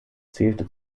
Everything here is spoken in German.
zählte